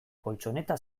koltxoneta